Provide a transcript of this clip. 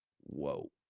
Whoa